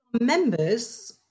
members